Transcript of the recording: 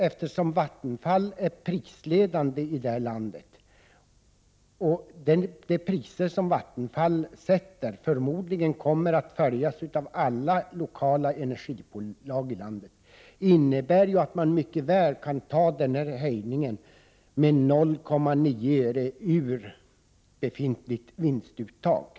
Eftersom Vattenfall är prisledande i det här landet, kommer de priser som Vattenfall sätter förmodligen att följas av alla lokala energibolag. Med tanke på detta och den vinstnivå Vattenfall har kan denna höjning på 0,9 öre mycket väl tas ur befintligt vinstuttag.